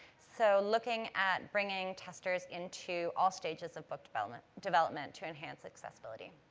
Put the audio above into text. so, looking at bringing testers into all stages of book development development to enhance accessibility.